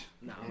No